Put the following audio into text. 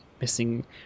missing